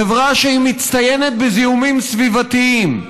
חברה שהיא מצטיינת בזיהומים סביבתיים.